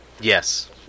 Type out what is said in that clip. Yes